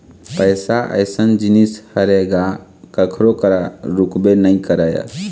पइसा अइसन जिनिस हरे गा के कखरो करा रुकबे नइ करय